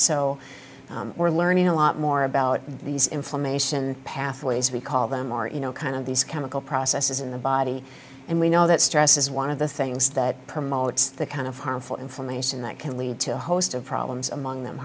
so we're learning a lot more about these inflammation pathways we call them are you know kind of these chemical processes in the body and we know that stress is one of the things that promotes the kind of harmful information that can lead to a host of problems among them